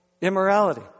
immorality